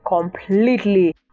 completely